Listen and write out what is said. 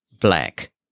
black